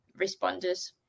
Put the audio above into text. responders